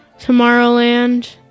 Tomorrowland